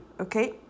okay